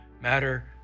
matter